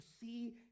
see